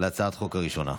להצעת החוק הראשונה.